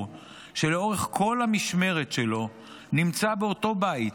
שלאורך כל המשמרת שלו נמצא באותו בית,